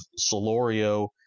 Solorio